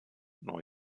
neu